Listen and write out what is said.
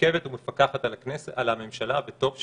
ועוקבת ומפקחת על הממשלה וטוב שכך.